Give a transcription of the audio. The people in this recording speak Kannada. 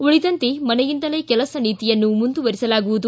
ಉಳಿದಂತೆ ಮನೆಯಂದಲೇ ಕೆಲಸ ನೀತಿಯನ್ನು ಮುಂದುವರಿಸಲಾಗುವುದು